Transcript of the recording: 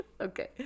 Okay